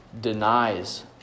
denies